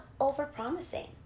over-promising